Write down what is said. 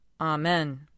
Amen